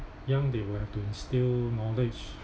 young they will have to instil knowledge